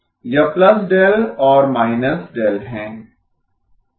यह δ और -δ है